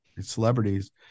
celebrities